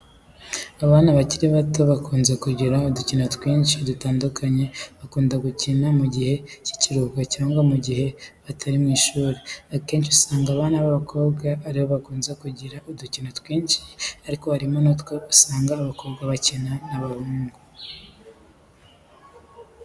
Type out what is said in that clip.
Abana bakiri bato bakunze kugira udukino twinshi dutandukanye bakunda gukina mu gihe cy'ibiruhuko cyangwa mu gihe batari mu ishuri, akenshi usanga abana b'abakobwa ari bo bakunze kugira udukino twinshi, ariko harimo n'utwo usanga abakobwa bakinana n'abahungu.